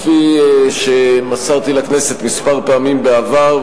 כפי שמסרתי לכנסת כמה פעמים בעבר,